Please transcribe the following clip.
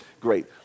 great